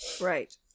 Right